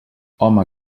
home